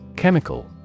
Chemical